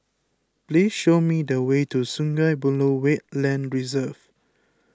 please show me the way to Sungei Buloh Wetland Reserve